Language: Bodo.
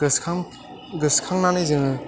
गोसोखां गोसोखांनानै जोङो